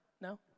No